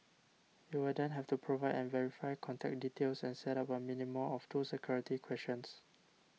you will then have to provide and verify contact details and set up a minimum of two security questions